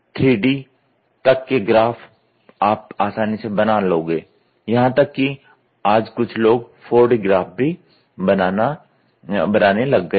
3D तक के graph आप आसानी से बना लोगे यहां तक कि आज कुछ लोग 4D ग्राफ भी बनाने लग गए हैं